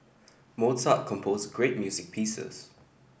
Mozart composed great music pieces